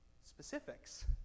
specifics